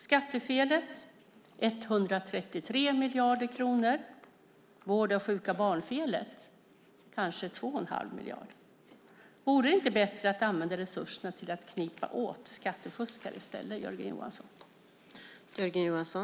Skattefelet är 133 miljarder kronor. Vård-av-sjuka-barn-felet är kanske 2 1⁄2 miljard. Vore det inte bättre att använda resurserna till att komma åt skattefuskare i stället, Jörgen Johansson?